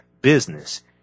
business